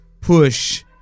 push